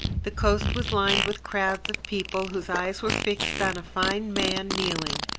the coast was lined with crowds of people, whose eyes were fixed on a fine man kneeling,